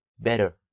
better